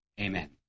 Amen